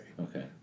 Okay